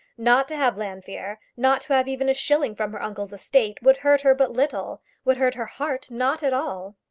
not to have llanfeare, not to have even a shilling from her uncle's estate, would hurt her but little would hurt her heart not at all.